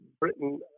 Britain